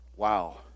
wow